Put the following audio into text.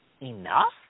enough